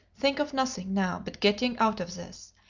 think of nothing now but getting out of this.